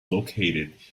located